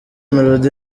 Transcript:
melody